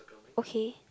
okay